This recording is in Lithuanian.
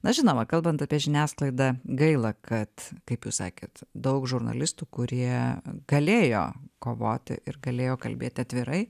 na žinoma kalbant apie žiniasklaidą gaila kad kaip jūs sakėt daug žurnalistų kurie galėjo kovoti ir galėjo kalbėti atvirai